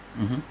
mmhmm